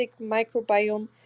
Microbiome